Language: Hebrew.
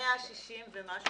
160 ומשהו